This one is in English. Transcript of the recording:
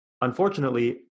Unfortunately